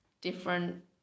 different